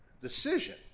decision